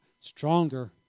stronger